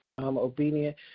obedient